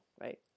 Right